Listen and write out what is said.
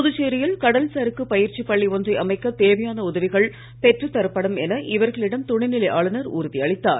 புதுச்சேரியில் கடல் சறுக்குப் பயிற்சிப் பள்ளி ஒன்றை அமைக்கத் தேவையான உதவிகள் பெற்றுத் தரப்படும் என இவர்களிடம் துணைநிலை ஆளுனர் உறுதி அளித்தார்